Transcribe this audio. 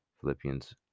Philippians